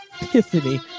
epiphany